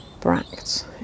bracts